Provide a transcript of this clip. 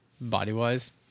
body-wise